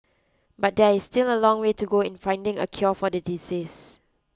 but there is still a long way to go in finding a cure for the disease